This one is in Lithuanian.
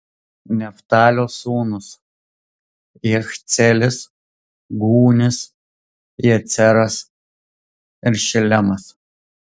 neftalio sūnūs jachceelis gūnis jeceras ir šilemas